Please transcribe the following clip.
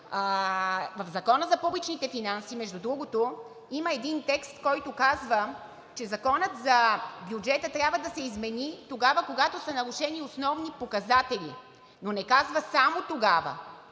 В Закона за публичните финанси между другото има един текст, който казва, че Законът за бюджета трябва да се измени тогава, когато са нарушени основни показатели, но не казва „само тогава“.